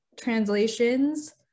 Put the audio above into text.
translations